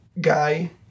guy